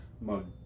mug